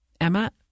Emma